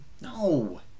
No